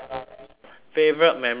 favourite memory ah